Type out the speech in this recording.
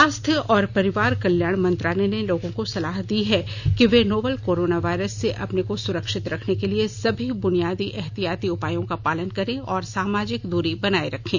स्वास्थ्य और परिवार कल्याण मंत्रालय ने लोगों को सलाह दी है कि वे नोवल कोरोना वायरस से अपने को सुरक्षित रखने के लिए सभी बुनियादी एहतियाती उपायों का पालन करें और सामाजिक दूरी बनाए रखें